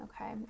Okay